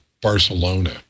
Barcelona